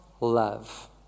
love